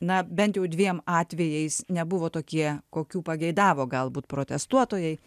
na bent jau dviem atvejais nebuvo tokie kokių pageidavo galbūt protestuotojai